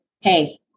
Hey